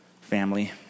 family